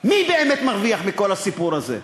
מי באמת מרוויח מכל הסיפור הזה.